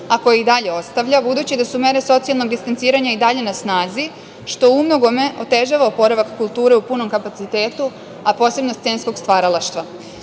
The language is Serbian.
a koje i dalje ostavlja, budući da su mere socijalnog distanciranja i dalje na snazi, što u mnogome otežava oporavak kulture u punom kapacitetu, a posebno scenskog stvaralaštva. Da